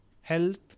health